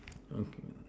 okay okay